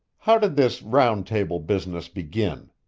how did this round table business begin?